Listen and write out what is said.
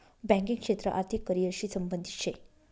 banking क्षेत्र आर्थिक career शी संबंधित शे